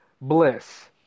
Bliss